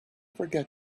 forget